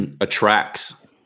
attracts